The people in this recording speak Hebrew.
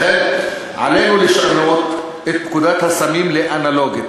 לכן עלינו לשנות את פקודת הסמים לאנלוגית.